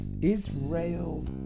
israel